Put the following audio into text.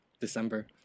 December